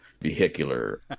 vehicular